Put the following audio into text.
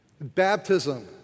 Baptism